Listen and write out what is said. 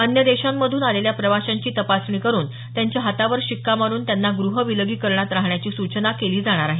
अन्य देशांमधून आलेल्या प्रवाशांची तपासणी करून त्यांच्या हातावर शिक्का मारून त्यांना गृह विलगीकरणात राहण्याची सूचना केली जाणार आहे